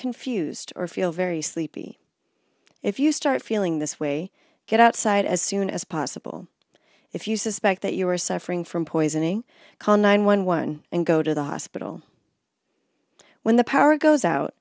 confused or feel very sleepy if you start feeling this way get outside as soon as possible if you suspect that you are suffering from poisoning con nine one one and go to the hospital when the power goes out